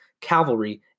cavalry